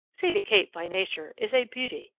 sadie kate by nature is a beauty,